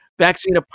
vaccine